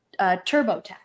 TurboTax